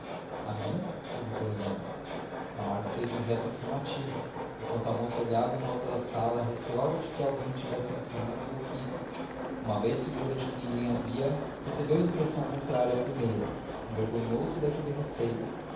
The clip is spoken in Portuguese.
a mim perguntou helena camargo fez um gesto afirmativo enquanto a moça olhava em volta da sala receosa de que alguém tivesse entrado e ouvido uma vez segura de que ninguém havia recebeu impressão contrária à primeira envergonhou-se daquele receio